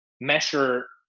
measure